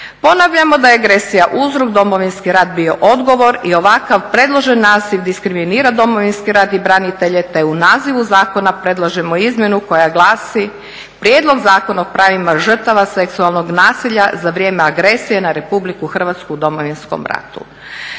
Ponavljamo da je agresija uzrok, Domovinski rat bio odgovor i ovakav predložen naziv diskriminira Domovinski rat i branitelje te u nazivu zakona predlažemo izmjenu koja glasi: "prijedlog Zakona o pravima žrtava seksualnog nasilja za vrijeme agresije na RH u Domovinskom ratu."